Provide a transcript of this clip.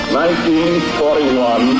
1941